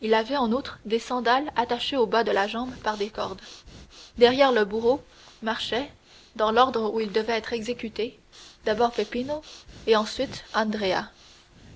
il avait en outre des sandales attachées au bas de la jambe par des cordes derrière le bourreau marchaient dans l'ordre où ils devaient être exécutés d'abord peppino et ensuite andrea